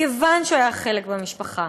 כיוון שהוא חלק מהמשפחה.